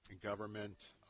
government